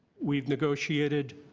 we've negotiated